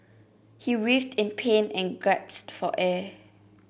he writhed in pain and gasped for air